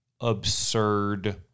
absurd